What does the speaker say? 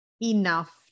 enough